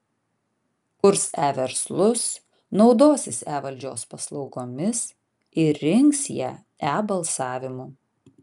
kurs e verslus naudosis e valdžios paslaugomis ir rinks ją e balsavimu